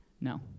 No